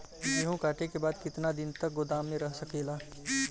गेहूँ कांटे के बाद कितना दिन तक गोदाम में रह सकेला?